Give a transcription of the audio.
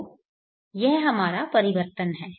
तो यह हमारा परिवर्तन है